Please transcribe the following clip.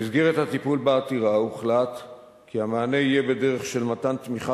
במסגרת הטיפול בעתירה הוחלט כי המענה יהיה בדרך של מתן תמיכה